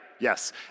Yes